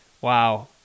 Wow